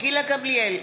גילה גמליאל,